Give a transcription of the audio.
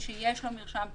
שיש לו מרשם פלילי.